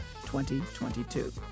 2022